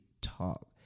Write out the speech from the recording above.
talk